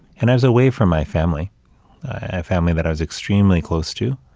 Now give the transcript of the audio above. and i was away from my family a family that i was extremely close to,